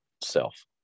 self